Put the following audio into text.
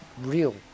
real